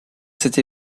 cette